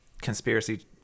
conspiracy